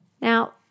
Now